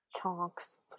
Chunks